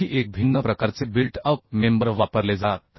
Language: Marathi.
आणखी एक भिन्न प्रकारचे बिल्ट अप मेंबर वापरले जातात